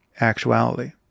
actuality